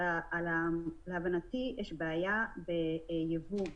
להבנתי יש בעיה ביבוא,